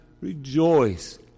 rejoice